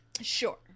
Sure